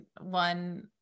one